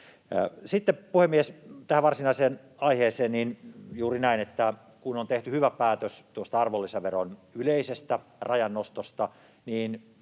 Sitten, puhemies, tähän varsinaiseen aiheeseen, eli juuri näin, että kun on tehty hyvä päätös tuosta arvonlisäveron yleisen rajan nostosta, niin